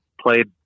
played